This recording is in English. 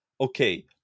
Okay